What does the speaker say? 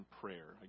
prayer